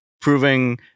proving